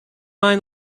mind